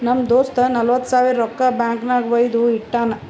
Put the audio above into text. ನಮ್ ದೋಸ್ತ ನಲ್ವತ್ ಸಾವಿರ ರೊಕ್ಕಾ ಬ್ಯಾಂಕ್ ನಾಗ್ ವೈದು ಇಟ್ಟಾನ್